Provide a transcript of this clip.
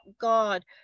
god